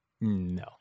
No